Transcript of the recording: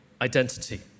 identity